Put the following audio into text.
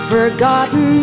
forgotten